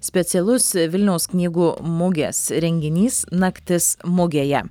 specialus vilniaus knygų mugės renginys naktis mugėje